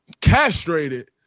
castrated